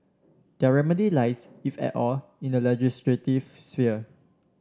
their remedy lies if at all in the legislative sphere